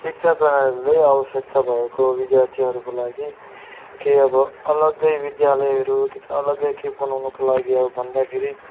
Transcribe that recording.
शिक्षा प्रणालीले आवश्यकता भएको विद्यार्थीहरूको लागि केही अब अलग्गै विद्यालयहरू कि त अलग्गै केही बनाउनुको लागि अब भन्दाखेरि